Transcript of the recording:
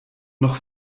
noch